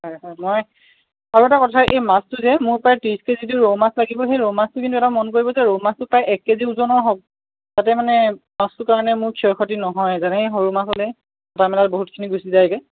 হয় হয় মই আৰু এটা কথা এই মাছটো যে মোৰ প্ৰায় ত্ৰিছ কে জি যে ৰৌ মাছ লাগিব সেই ৰৌ মাছটো কিন্তু এটা মন কৰিব যে ৰৌ মাছটো প্ৰায় এক কে জি ওজনৰ হওক যাতে মানে মাছটো কাৰণে মোৰ ক্ষয় ক্ষতি নহয় যেনেকে সৰু মাছ হ'লে কূটা মেলাত বহুতখিনি গুছি যায়গে